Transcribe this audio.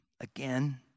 again